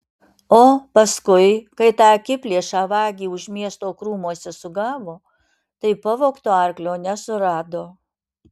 o paskui kai tą akiplėšą vagį už miesto krūmuose sugavo tai pavogto arklio nesurado